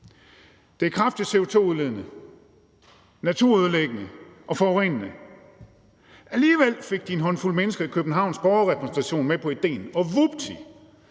Det er kraftigt CO2-udledende, naturødelæggende og forurenende. Alligevel fik de en håndfuld mennesker i Københavns Borgerrepræsentation med på idéen – og vupti,